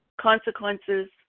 consequences